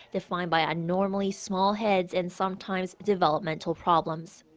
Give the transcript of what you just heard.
defined by abnormally small heads and sometimes developmental problems.